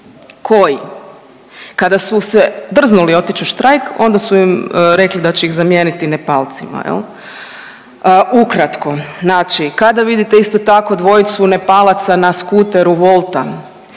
koji kada su se drznuli otići u štrajk, onda su im rekli da će ih zamijeniti Nepalcima, je li? Ukratko, znači, kada vidite isto tako, dvojicu Nepalaca na skuteru Wolta,